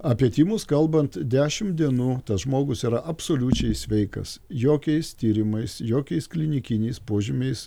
apie tymus kalbant dešim dienų tas žmogus yra absoliučiai sveikas jokiais tyrimais jokiais klinikiniais požymiais